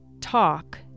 talk